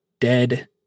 dead